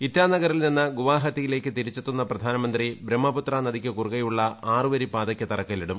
ഇറ്റാ നഗറിൽ നിന്ന് ഗുവാഹത്തിയിലേയ്ക്ക് തിരിച്ചെത്തുന്ന പ്രധാനമന്ത്രി ബ്രഹ്മപുത്ര നദിക്കു കുറുകെയുള്ള ആറുവരി പാതയ്ക്ക് തറക്കല്ലിടും